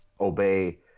obey